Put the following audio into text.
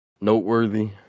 Noteworthy